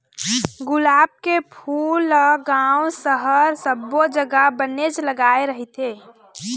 गुलाब के फूल ल गाँव, सहर सब्बो जघा बनेच लगाय रहिथे